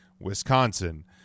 Wisconsin